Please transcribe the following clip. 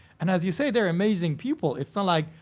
and as you say, they're amazing people. it's not like,